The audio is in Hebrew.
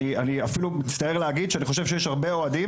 אני אפילו מצטער להגיד שאני חושב שיש הרבה אוהדים